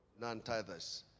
non-tithers